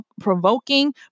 provoking